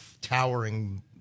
towering